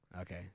Okay